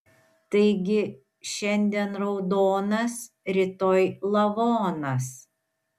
taigi šiandien raudonas rytoj lavonas